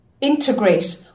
integrate